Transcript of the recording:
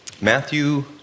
Matthew